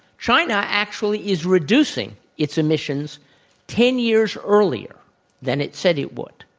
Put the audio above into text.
china actually is reducing its emissions ten years earlier than it said it would.